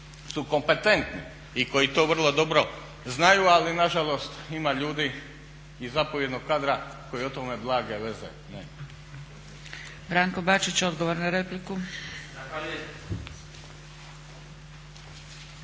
su kompetentni i koji to vrlo dobro znaju ali nažalost ima ljudi iz zapovjednog kadra koji o tome blage veze